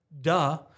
duh